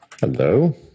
Hello